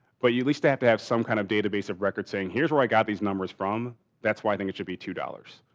but you least have to have some kind of database of record saying here's where i got these numbers from that's why i think it should be two dollars.